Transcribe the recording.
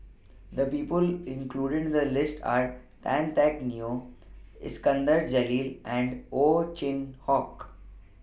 The People included in The list Are Tan Teck Neo Iskandar Jalil and Ow Chin Hock